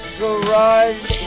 garage